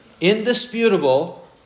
indisputable